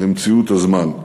למציאות הזמן.